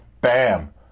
bam